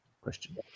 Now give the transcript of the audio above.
Question